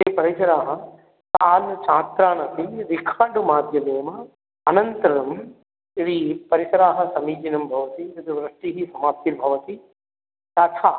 ते परिचराः तान् छात्रान्नपि रिखार्ड् माध्यमेन अनन्तरं यदि परिसराः समीचीनं भवति तत्र वृष्टिः समाप्तिर्भवति तथा